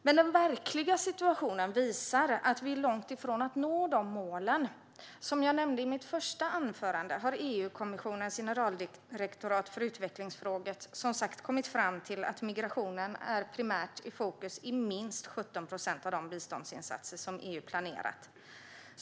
Men den verkliga situationen visar att vi är långt från att nå dessa mål. Som jag nämnde i mitt första anförande har EU-kommissionens generaldirektorat för utvecklingsfrågor kommit fram till att migration är primärt fokus i minst 17 procent av de biståndsinsatser som EU planerat.